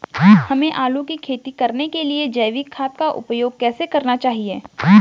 हमें आलू की खेती करने के लिए जैविक खाद का उपयोग कैसे करना चाहिए?